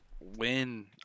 win